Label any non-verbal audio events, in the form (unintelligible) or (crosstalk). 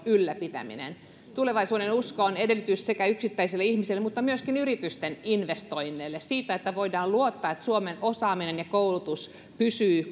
ylläpitäminen tulevaisuudenusko on edellytys yksittäiselle ihmiselle mutta myöskin yritysten investoinneille siinä että voidaan luottaa että suomen osaaminen ja koulutus pysyvät (unintelligible)